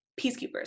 peacekeepers